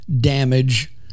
damage